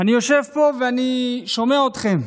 אני יושב פה ואני שומע אתכם,